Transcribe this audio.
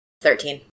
Thirteen